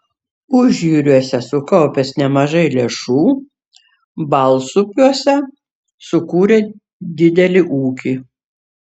užjūriuose sukaupęs nemažai lėšų balsupiuose sukūrė didelį ūkį